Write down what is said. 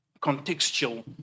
contextual